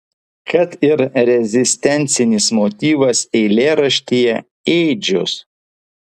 kad ir rezistencinis motyvas eilėraštyje ėdžios